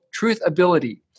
TruthAbility